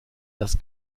das